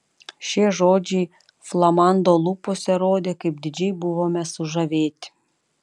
šie žodžiai flamando lūpose rodė kaip didžiai buvome sužavėti